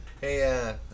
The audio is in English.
Hey